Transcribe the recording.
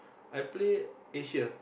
I play Asia